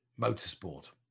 motorsport